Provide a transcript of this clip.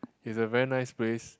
it's a very nice place